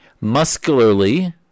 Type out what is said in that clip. muscularly